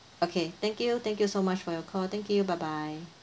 okay thank you thank you so much for your call thank you bye bye